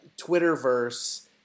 Twitterverse